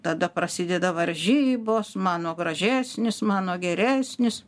tada prasideda varžybos mano gražesnis mano geresnis